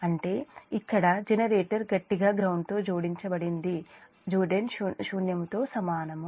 అంటే ఇక్కడ జనరేటర్ గట్టిగా గ్రౌండ్ తో జోడించబడింది ఉంటే Zn శూన్యము తో సమానము